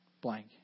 blank